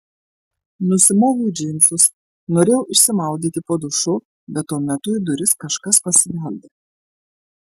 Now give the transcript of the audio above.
nusimoviau džinsus norėjau išsimaudyti po dušu bet tuo metu į duris kažkas pasibeldė